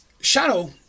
Shadow